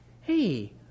Hey